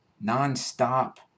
non-stop